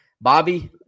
Bobby